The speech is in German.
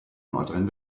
nordrhein